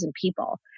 people